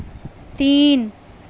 تین